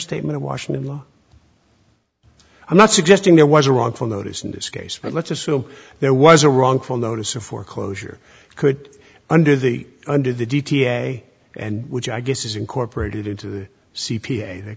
statement of washington law i'm not suggesting there was a wrongful notice in this case but let's assume there was a wrongful notice of foreclosure could under the under the g t a and which i guess is incorporated into